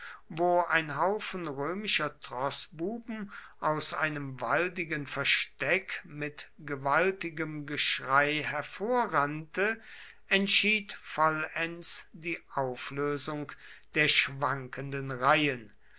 wo ein haufen römischer troßbuben aus einem waldigen versteck mit gewaltigem geschrei hervorrannte entschied vollends die auflösung der schwankenden reihen